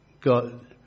God